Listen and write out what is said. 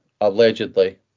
allegedly